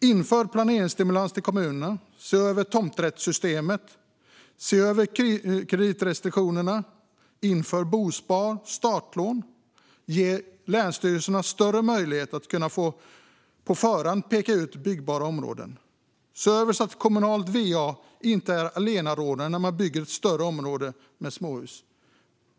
Inför planeringsstimulans till kommunerna, se över tomträttssystemet, se över kreditrestriktionerna, inför bospar och startlån, ge länsstyrelserna större möjlighet att på förhand peka ut byggbara områden och se över så att kommunalt va inte är allenarådande när man bygger ett större område med småhus.